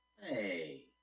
Hey